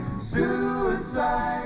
Suicide